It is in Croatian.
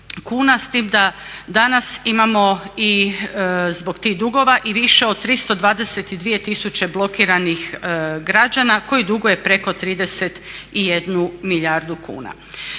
s tim da danas imamo i zbog tih dugova i više od 322 000 blokiranih građana koji duguju preko 31 milijardu kuna.